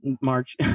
march